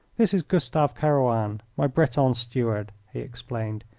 this is gustav kerouan, my breton steward, he explained,